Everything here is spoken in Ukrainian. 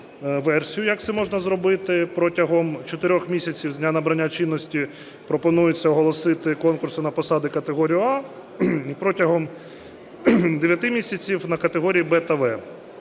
як це можна зробити. Протягом чотирьох місяців з дня набрання чинності пропонується оголосити конкурси на посади категорії "А" і протягом дев'яти місяців – на категорії "Б" та "В".